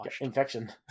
Infection